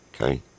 okay